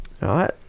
right